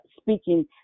speaking